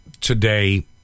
today